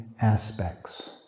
aspects